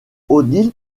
odile